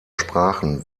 sprachen